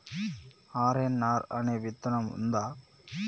RNR అనే విత్తనం ఉందా?